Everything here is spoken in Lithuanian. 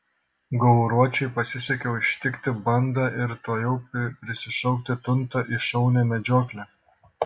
gauruočiui pasisekė užtikti bandą ir tuojau prisišaukti tuntą į šaunią medžioklę